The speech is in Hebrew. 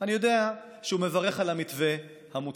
אני יודע שהוא מברך על המתווה המוצע,